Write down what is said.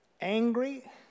angry